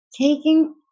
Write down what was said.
taking